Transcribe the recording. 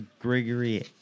Gregory